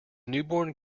newborn